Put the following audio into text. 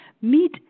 meet